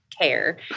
Care